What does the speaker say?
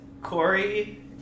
Corey